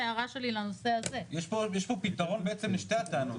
יש פה פתרון לשתי הבעיות,